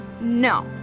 No